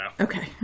Okay